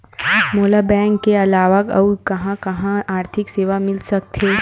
मोला बैंक के अलावा आऊ कहां कहा आर्थिक सेवा मिल सकथे?